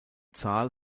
zahl